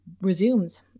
resumes